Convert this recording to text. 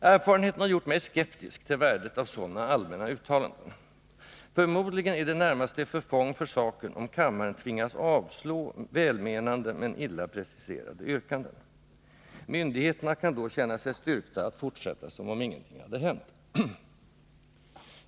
Erfarenheten har gjort mig skeptisk till värdet av sådana allmänna uttalanden. Förmodligen är det närmast till förfång för saken om kammaren tvingas avslå välmenande men illa preciserade yrkanden. Myndigheterna kan då känna sig styrkta att fortsätta som om ingenting hade hänt.